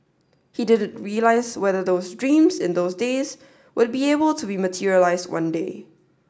he didn't realise whether those dreams in those days would be able to be materialised one day